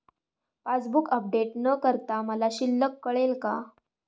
Passbook update न करता मला शिल्लक कळेल का?